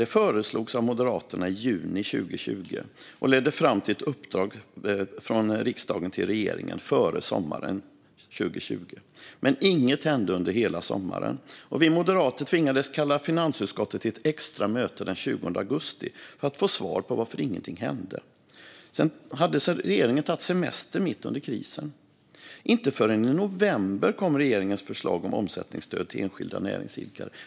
Det föreslogs av Moderaterna i juni 2020, vilket ledde fram till ett uppdrag från riksdagen till regeringen före sommaren 2020. Men inget hände under hela sommaren, och vi moderater tvingades kalla finansutskottet till ett extra möte den 20 augusti för att få svar på varför inget hände. Hade regeringen tagit semester mitt under krisen? Inte förrän i november kom regeringens förslag om omsättningsstöd till enskilda näringsidkare.